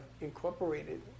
incorporated